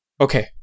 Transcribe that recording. Okay